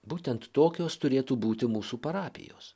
būtent tokios turėtų būti mūsų parapijos